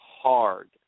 hard